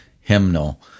hymnal